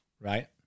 Right